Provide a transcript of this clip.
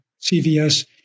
CVS